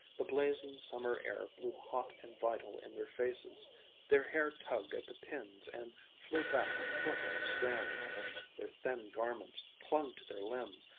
the blazing summer air blew hot and vital in their faces their hair tugged at the pins and flew back in fluttering strands their thin garments clung to their limbs,